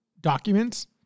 documents